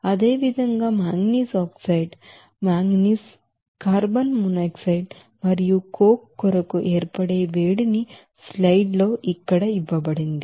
అదేవిధంగా manganese oxide manganese carbon monoxide మరియు coke కొరకు ఏర్పడే వేడిని స్లైడ్ ల్లో ఇక్కడ ఇవ్వబడుతుంది